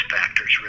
factors